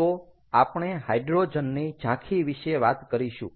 તો આપણે હાઈડ્રોજનની ઝાંખી વિશે વાત કરીશું